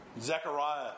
Zechariah